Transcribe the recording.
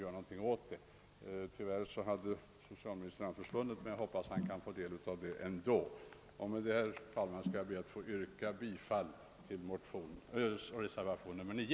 även om socialministern tyvärr avlägsnat sig ur kammaren för votering i första kammaren, hoppas jag att han kommer att bli underrättad om denna önskan. Herr talman! Jag ber att få yrka bifall till reservationen 9.